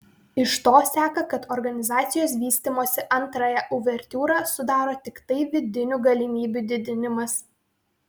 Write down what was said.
iš to seka kad organizacijos vystymosi antrąją uvertiūrą sudaro tiktai vidinių galimybių didinimas